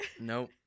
Nope